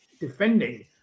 defending